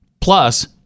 Plus